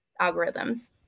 algorithms